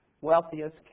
wealthiest